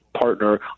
partner